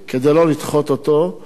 זה נדחה גם בשבוע שעבר, אדוני?